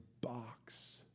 box